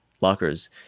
lockers